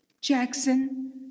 Jackson